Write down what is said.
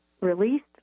released